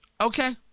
Okay